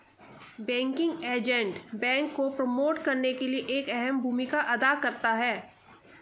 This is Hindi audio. बैंकिंग एजेंट बैंक को प्रमोट करने में एक अहम भूमिका अदा करता है